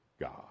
God